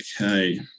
Okay